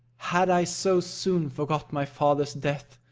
had i so soon forgot my father's death,